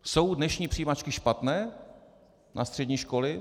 Jsou dnešní přijímačky špatné na střední školy?